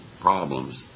problems